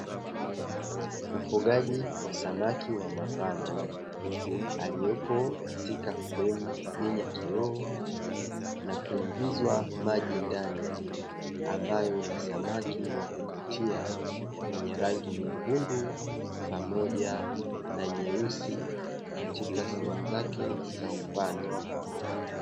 Ufugaji wa samaki wa mapambo waliopo kwenye sehemu yenye kioo na kujazwa maji ndani. Ikiwa na samaki wakuvutia wenye rangi nyekundu na nyeusi katika sehemu zake za upande.